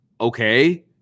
Okay